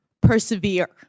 persevere